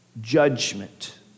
judgment